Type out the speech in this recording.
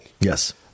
Yes